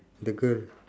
the girl